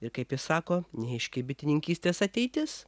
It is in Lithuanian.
ir kaip jis sako neaiški bitininkystės ateitis